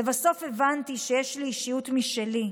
לבסוף, הבנתי שיש לי אישיות משלי.